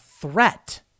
threat